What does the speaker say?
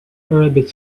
rabbit